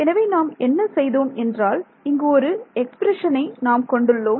எனவே நாம் என்ன செய்தோம் என்றால் இங்கு ஒரு எக்ஸ்பிரஷனை ΦTm Tn நாம் கொண்டுள்ளோம்